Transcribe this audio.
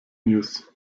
news